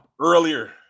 Earlier